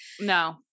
no